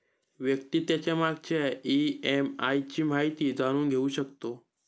व्यक्ती त्याच्या मागच्या ई.एम.आय ची माहिती जाणून घेऊ शकतो